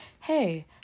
hey